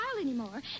anymore